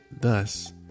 thus